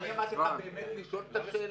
אבל אני אמרתי לך לשאול את השאלה,